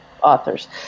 authors